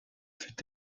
fut